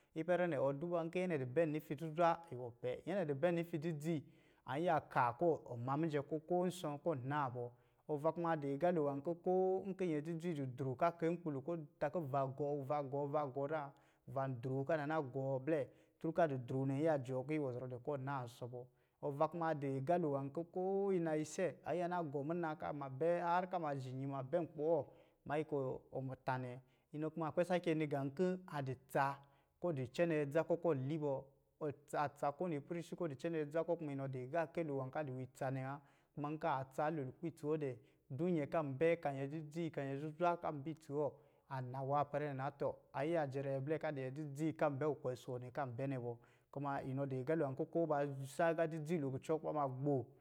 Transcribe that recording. Ipɛrɛ nɛ ɔ duba nki nyɛ nɛ di bɛ nufi zuzwa, iwɔ pɛ, nka di pɛ nufi dzidzi, a yiya kaa ku wɔ ma mijɛ kɔ̄ koo nsɔ̄ ko naa bɔ ɔva kuma di agalo nwā kɔ̄ koo mki nyɛ dzidzi du dro ka kayi nkpi lo kɔ ta kɔ̄ ɔva gɔɔ, ɔva gɔɔ, ɔva gɔɔ zan, ɔva droo ka naa na gɔɔ blɛ, ka di droo nɛ blɛ, an yiya jɔɔ kinyi wɔ zɔrɔ dɛ, ki wɔ nansɔ bɔ. Ɔva kuma a di galo nwā kɔ̄ koo yi nayi ise, an yiya ka na gɔ muna kama bɛ harr kama ji nyi ka ma bɛɛ nkpi wɔ, manui kɔ ɔ tanɛ. Inɔ kuma a kpɛ sakɛ nɔ gā kɔ̄ a di tsa kɔɔ di cɛnɛ dza kɔ̄ kɔ li bɔ, ɔ a tsa ko nipɛrisi kɔ di cɛnɛ a tsa kɔ̄, kuma inɔ dii gaakɛ lo ka di nwi tsanɛ wa. Kuma nkaa tsa loo lukpɛ itsi wɔ dɛ, du nyɛ kan bɛ ka nyɛ dzidzi ka nyɛ zuzwa kan bɛ itsi wɔ, a nawa ipɛrɛɛ na. Tɔ, an yiya jɛrɛ nyɛ blɛ ka di nyɛ dzidzi kan bɛ kukwe si wɔ nɛ kan bɛ nɛ bɔ. Kuma inɔ di galo nwā kɔ̄ koo ba san gā dzi dzi lo kuba ma gbo